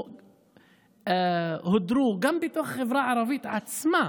או הודרו גם בתוך החברה הערבית עצמה,